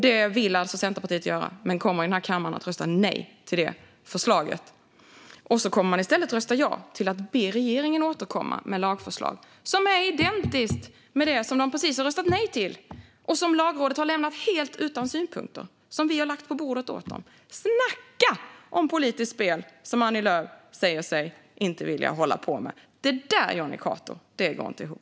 Det vill alltså Centerpartiet göra, men i den här kammaren kommer man att rösta nej till det förslaget. I stället kommer man att rösta ja till att be regeringen återkomma med ett lagförslag som är identiskt med det som man precis har röstat nej till, som Lagrådet har lämnat helt utan synpunkter och som vi har lagt på bordet åt dem. Snacka om politiskt spel, det som Annie Lööf säger sig inte vilja hålla på med! Det där, Jonny Cato, går inte ihop.